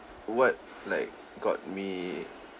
what like got me